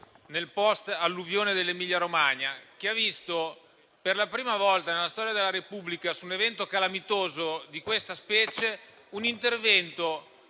nel post-alluvione dell'Emilia-Romagna, che ha visto per la prima volta nella storia della Repubblica, su un evento calamitoso di questa specie, un intervento